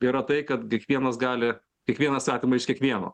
yra tai kad kiekvienas gali kiekvienas atima iš kiekvieno